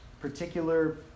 particular